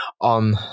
on